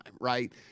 right